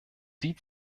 sie